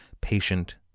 patient